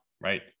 right